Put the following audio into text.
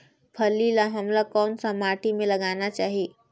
फल्ली ल हमला कौन सा माटी मे लगाना चाही?